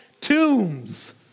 tombs